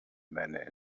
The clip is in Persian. بله